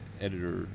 editor